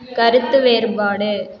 கருத்து வேறுபாடு